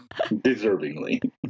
deservingly